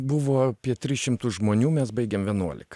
buvo apie tris šimtus žmonių mes baigėm vienuolika